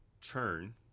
turn